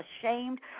ashamed